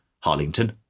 Harlington